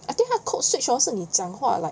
I think 那 code switch 是你讲话 like